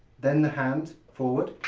then the hand forward,